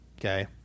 Okay